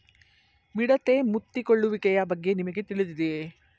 ಮಿಡತೆ ಮುತ್ತಿಕೊಳ್ಳುವಿಕೆಯ ಬಗ್ಗೆ ನಿಮಗೆ ತಿಳಿದಿದೆಯೇ?